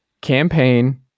Campaign